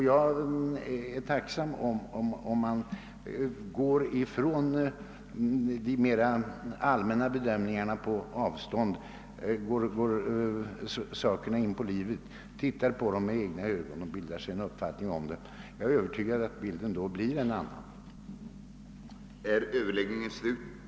Jag är tacksam om statsrådet lämnar de mer allmänna bedömningarna på avstånd åsido och går problemen in på livet, ser på dem med egna ögon och bildar sig en uppfattning om dem. Jag är övertygad om att bilden då blir en annan. att under samma tid vara styrelsesuppleanter i Stiftelsen Riksbankens jubileumsfond.